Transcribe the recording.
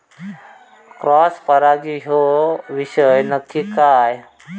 Cross परागी ह्यो विषय नक्की काय?